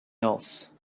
else